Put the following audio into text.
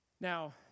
Now